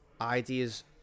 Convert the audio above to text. ideas